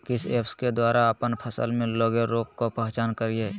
किस ऐप्स के द्वारा अप्पन फसल में लगे रोग का पहचान करिय?